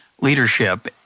leadership